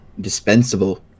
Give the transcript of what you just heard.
Dispensable